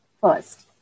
first